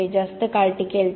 ते जास्त काळ टिकेल